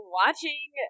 watching